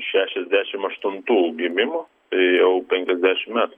šešiasdešim aštuntų gimimo tai jau penkiasdešim metų